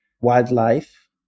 wildlife